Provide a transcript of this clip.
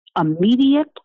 immediate